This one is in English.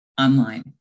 online